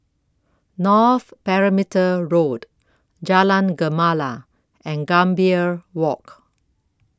North Perimeter Road Jalan Gemala and Gambir Walk